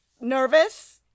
nervous